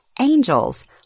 angels